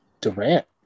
Durant